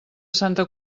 santa